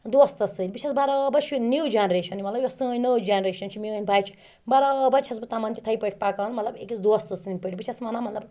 دوستَس سۭتۍ بہٕ چھس بَرابر شُرٮ۪ن نِو جٮ۪نریٚشٮ۪ن مَطلَب یۄس سٲنۍ نٔو جٮ۪نریٚشٮ۪ن چھِ مِیٲنۍ بَچہِ بَرابر چھس بہٕ تمَن تِتھٕے پٲٹھۍ پَکان مَطلَب أکِس دوستہٕ سٕنٛدۍ پٲٹھۍ بہٕ چھس وَنان مَطلَب اَگر